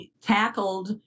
tackled